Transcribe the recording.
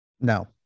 No